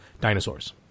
dinosaurs